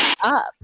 up